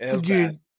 Dude